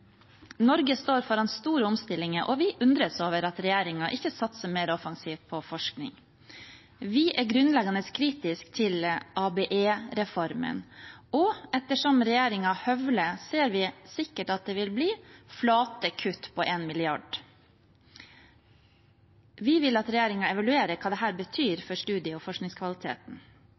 Norge står foran store omstillinger, og vi undres over at regjeringen ikke satser mer offensivt på forskning. Vi er grunnleggende kritiske til ABE-reformen, og etter som regjeringen høvler, ser vi at det sikkert vil bli flate kutt på 1 mrd. kr. Vi vil at regjeringen evaluerer hva dette betyr for studie- og forskningskvaliteten.